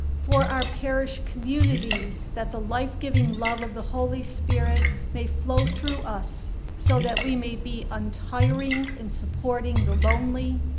for our parish communities, that the life-giving love of the holy spirit may flow through us so that we may be untiring in supporting the lonely,